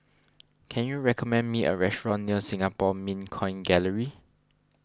can you recommend me a restaurant near Singapore Mint Coin Gallery